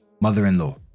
Mother-in-law